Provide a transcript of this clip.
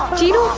genie.